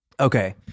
Okay